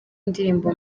indirimbo